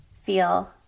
feel